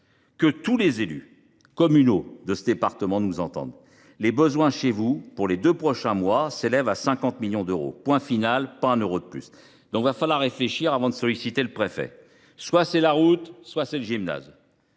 Que tous les élus de ce département nous entendent : les besoins chez eux, pour les deux prochains mois, s’élèvent à 50 millions d’euros, point final ! Pas un euro de plus ! Il faudra réfléchir avant de solliciter le préfet… Soit la route, soit le gymnase,